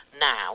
now